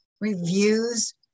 reviews